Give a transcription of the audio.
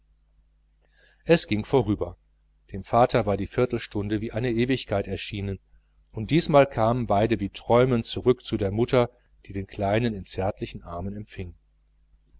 es ging vorüber dem vater war die viertelstunde wie eine ewigkeit erschienen und diesmal kamen beide wie träumend zurück zu der mutter die den kleinen in zärtlichen armen empfing